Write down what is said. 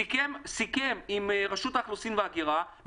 סיכם עם רשות האוכלוסין וההגירה,